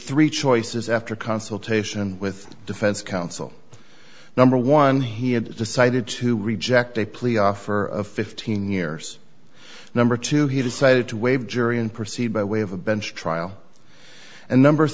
three choices after consultation with defense counsel number one he had decided to reject a plea offer of fifteen years number two he decided to waive jury and proceed by way of a bench trial and number